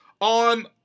on